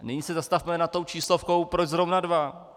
Nyní se zastavme nad tou číslovkou, proč zrovna dva.